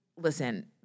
listen